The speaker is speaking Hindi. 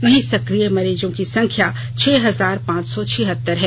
वहीं सक्रिय मरीजों की संख्या छह हजार पांच सौ छिहत्तर हैं